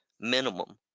minimum